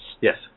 Yes